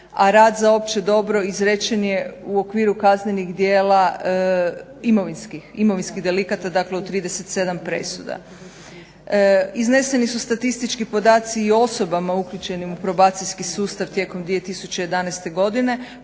a rad za opće dobro izrečen je u okviru kaznenih djela imovinskih, imovinskih delikata. Dakle, u 37 presuda. Izneseni su statistički podaci i osobama uključenim u probacijski sustav tijekom 2011. godine